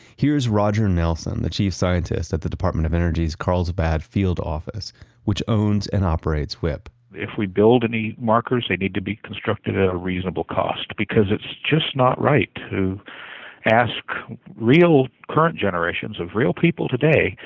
here is roger nelson, the chief scientist at the department of energy's carlsbad field office which owns and operates wipp if we build any markers, they need to be constructed at a reasonable cost. because it's just not right to ask real current generations of real people today